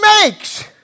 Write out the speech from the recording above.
makes